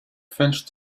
french